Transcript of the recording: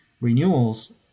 renewals